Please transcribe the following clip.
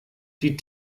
die